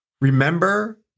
Remember